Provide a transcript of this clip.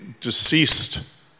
deceased